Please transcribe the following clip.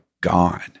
gone